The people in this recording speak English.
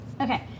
Okay